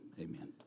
Amen